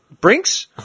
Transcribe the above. brinks